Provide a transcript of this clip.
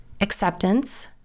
acceptance